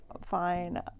fine